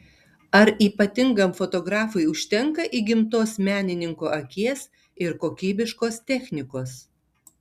ar ypatingam fotografui užtenka įgimtos menininko akies ir kokybiškos technikos